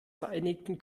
vereinigten